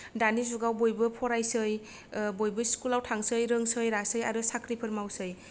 दानि जुगाव बयबो फरायसै बयबो स्कुल आव थांसै रोंसै रासै आरो साख्रिफोर मावसै